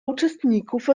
uczestników